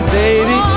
baby